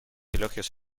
elogios